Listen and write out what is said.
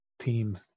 team